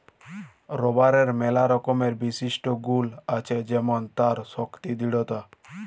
রাবারের ম্যালা রকমের বিশিষ্ট গুল আছে যেমল তার শক্তি দৃঢ়তা